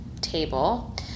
table